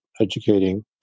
educating